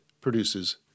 produces